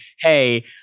hey